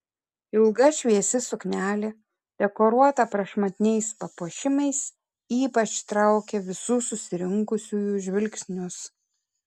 ilga šviesi suknelė dekoruota prašmatniais papuošimais ypač traukė visų susirinkusiųjų žvilgsnius